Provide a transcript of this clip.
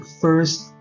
first